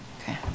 Okay